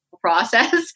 process